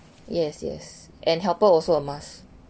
yes yes and helper also a must